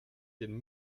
den